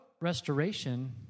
restoration